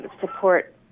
support